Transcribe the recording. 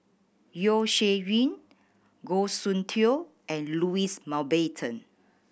Yeo Shih Yun Goh Soon Tioe and Louis Mountbatten